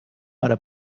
hora